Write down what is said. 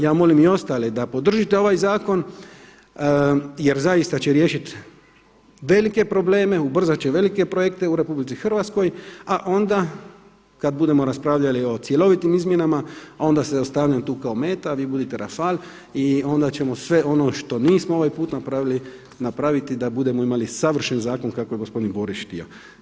Ja molim i ostale da podržite ovaj zakon jer zaista će riješiti velike probleme, ubrzat će velike projekte u Republici Hrvatskoj, a onda kada budemo raspravljali o cjelovitim izmjenama a onda se zaustavljam tu kao meta, a vi budite rafal i onda ćemo sve ono što nismo ovaj put napravili, napraviti da budemo imali savršen zakon kako je gospodin Borić htio.